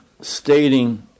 stating